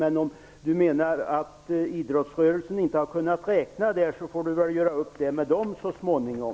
Men om Stig Bertilsson menar att idrottsrörelsen inte har kunnat räkna får han väl göra upp med dess företrädare så småningom.